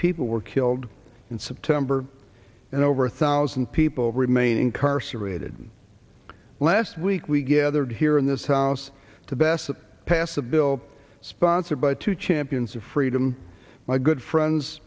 people were killed in september and over a thousand people remain incarcerated last week we gathered here in this house to best pass a bill sponsored by two champions of freedom my good friends